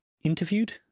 interviewed